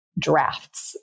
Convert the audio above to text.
drafts